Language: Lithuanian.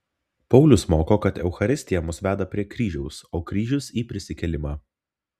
paulius moko kad eucharistija mus veda prie kryžiaus o kryžius į prisikėlimą